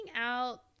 out